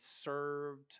served